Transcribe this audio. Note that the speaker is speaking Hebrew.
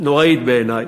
נוראית בעיני.